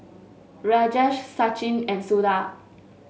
Rajesh Sachin and Suda